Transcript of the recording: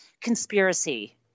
conspiracy